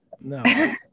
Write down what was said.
no